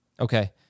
Okay